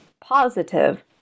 positive